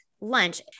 lunch